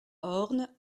horn